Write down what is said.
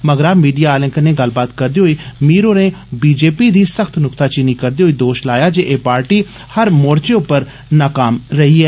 मगरा मीडिया आले कन्नै गल्लबात करदे होई मीर होरें बी जे पी दी सख्त नुक्ताचीनी करदे होई दोश लाया जे एह् पार्टी हर मोर्चे पर नाकाम रेही ऐ